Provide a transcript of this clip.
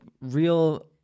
real